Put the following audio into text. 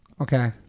okay